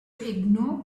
ignore